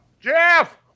Jeff